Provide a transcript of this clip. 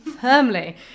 firmly